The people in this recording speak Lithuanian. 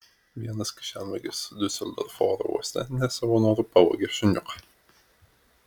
vienas kišenvagis diuseldorfo oro uoste ne savo noru pavogė šuniuką